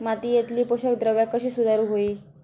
मातीयेतली पोषकद्रव्या कशी सुधारुक होई?